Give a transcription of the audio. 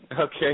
Okay